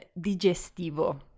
digestivo